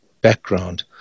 background